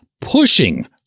pushing